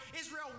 Israel